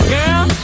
Girl